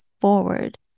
forward